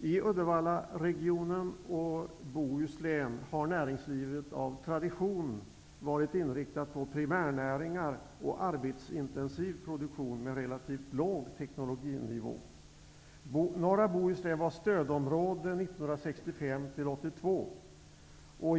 I Uddevallaregionen och Bohuslän har näringslivet av tradition varit inriktat på primärnäringar och arbetsintensiv produktion med relativt låg teknologinivå. Norra Bohuslän var stödområde 1965--1982.